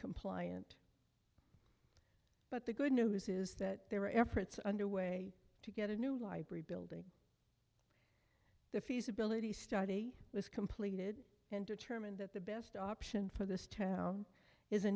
compliant but the good news is that there are efforts underway to get a new library building the feasibility study was completed and determined that the best option for this town is a